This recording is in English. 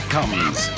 Comes